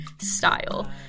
style